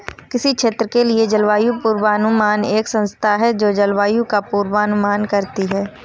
किसी क्षेत्र के लिए जलवायु पूर्वानुमान एक संस्था है जो जलवायु का पूर्वानुमान करती है